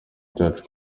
cyacu